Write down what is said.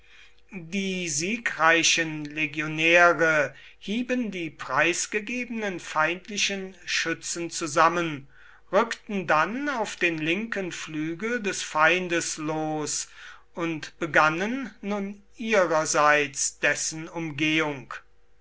die siegreichen legionäre hieben die preisgegebenen feindlichen schützen zusammen rückten dann auf den linken flügel des feindes los und begannen nun ihrerseits dessen umgehung